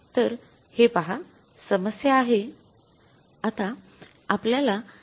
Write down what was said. तर हे पहा समस्या आहे